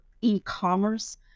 e-commerce